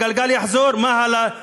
הגלגל יחזור, מה הלאה?